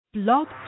Blog